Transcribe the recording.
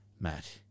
Matt